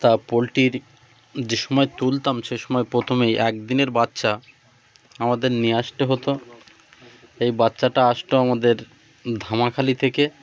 তা পোলট্রির যে সময় তুলতাম সে সময় প্রথমেই একদিনের বাচ্চা আমাদের নিয়ে আসতে হতো এই বাচ্চাটা আসতো আমাদের ধামাখালি থেকে